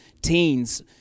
teens